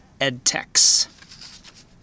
edtechs